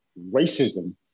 racism